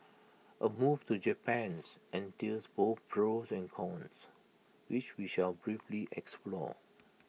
A move to Japans entails both pros and cons which we shall briefly explore